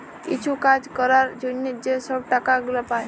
কিছু কাজ ক্যরার জ্যনহে যে ছব টাকা গুলা পায়